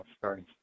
sorry